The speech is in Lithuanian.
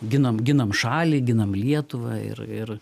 ginam ginam šalį ginam lietuvą ir ir